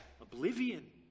oblivion